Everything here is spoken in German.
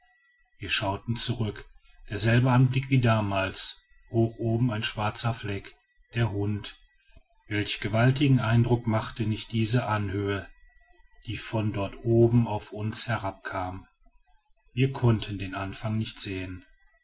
wir schauten zurück derselbe anblick wie damals hoch oben ein schwarzer fleck der hund welch gewaltigen eindruck machte nicht diese anhöhe die von dort oben auf uns herabkam wir konnten den anfang nicht sehen